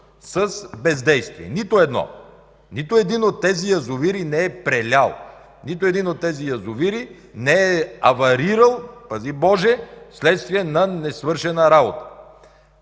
с бездействие. Нито едно! Нито един от тези язовири не е прелял, нито един от тези язовири не е аварирал, пази Боже, вследствие на несвършена работа!